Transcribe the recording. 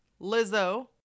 Lizzo